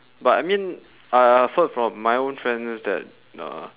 but I mean uh I I've heard from my own friends that uh